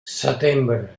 setembre